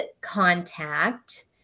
Contact